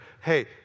Hey